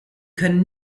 können